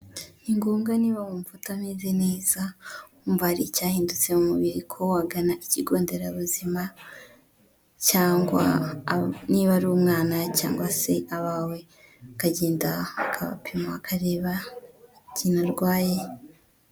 Ni ngombwa niba wumva utameze neza wumva hari icyahindutse mu mubiri ko wagana ikigo nderabuzima ,cyangwa niba ari umwana cyangwa se abawe ukagenda bakabapima bareba icyo barwaye.